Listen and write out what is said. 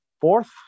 fourth